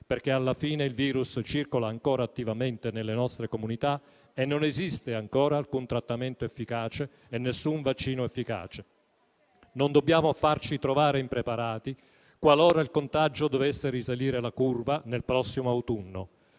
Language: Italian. perché alla fine il virus circola ancora attivamente nelle nostre comunità e non esiste ancora alcun trattamento o vaccino efficace. Non dobbiamo farci trovare impreparati qualora il contagio dovesse risalire la curva nel prossimo autunno.